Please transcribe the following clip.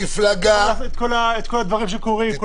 את כל הדברים שקורים.